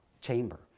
chamber